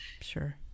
Sure